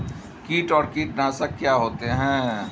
कीट और कीटनाशक क्या होते हैं?